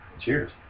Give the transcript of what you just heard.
cheers